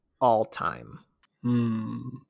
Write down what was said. all-time